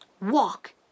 walk